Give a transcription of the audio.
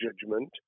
judgment